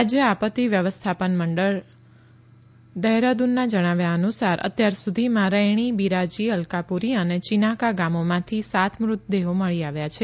રાજ્ય આપત્તિ વ્યવસ્થાપન સત્તામંડળ દહેરાદૂનના જણાવ્યા અનુસાર અત્યાર સુધીમાં રૈણી બિરાજી અલકાપુરી અને ચિનાકા ગામોમાંથી સાત મૃતદેહો મળી આવ્યા છે